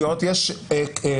אדוני ראש חטיבת התביעות,